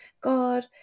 God